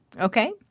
Okay